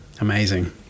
Amazing